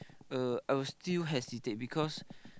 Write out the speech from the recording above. uh I will still hesitate because